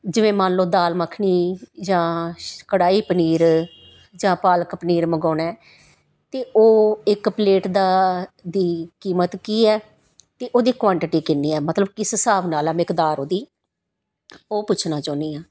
ਜਿਵੇਂ ਮੰਨ ਲਓ ਦਾਲ ਮੱਖਣੀ ਜਾਂ ਸ਼ ਕੜ੍ਹਾਈ ਪਨੀਰ ਜਾਂ ਪਾਲਕ ਪਨੀਰ ਮੰਗਾਉਣੇ ਤਾਂ ਉਹ ਇੱਕ ਪਲੇਟ ਦਾ ਦੀ ਕੀਮਤ ਕੀ ਹੈ ਅਤੇ ਉਹਦੀ ਕੁਆਂਟੀਟੀ ਕਿੰਨੀ ਹੈ ਮਤਲਬ ਕਿਸ ਹਿਸਾਬ ਨਾਲ ਹੈ ਮਿਕਦਾਰ ਉਹਦੀ ਉਹ ਪੁੱਛਣਾ ਚਾਹੁੰਦੀ ਹਾਂ